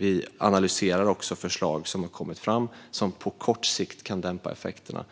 Vi analyserar också förslag som har kommit fram och som på kort sikt kan dämpa effekterna.